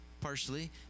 Partially